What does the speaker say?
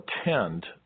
attend